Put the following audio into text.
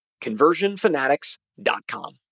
conversionfanatics.com